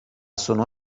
sono